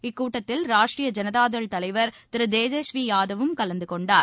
இக்கூட்டத்தில் ராஷ்ட்ரிய ஜனதா தள் தலைவர் திரு தேஜஸ்வி யாதவும் கலந்து கொண்டார்